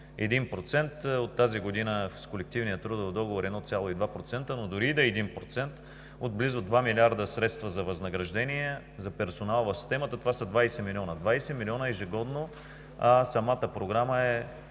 от тази година с колективния трудов договор – 1,2%, но дори и да е 1%, от близо 2 милиарда средства за възнаграждения за персонал в системата, това са 20 милиона. Двадесет милиона ежегодно. Самата програма е